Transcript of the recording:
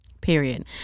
Period